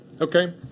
Okay